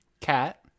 Cat